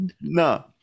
No